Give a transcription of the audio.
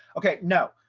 okay. no,